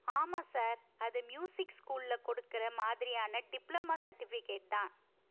ஆமாம் சார் அது மியூசிக் ஸ்கூலில் கொடுக்கிற மாதிரியான டிப்ளமா சர்டிஃபிகேட் தான்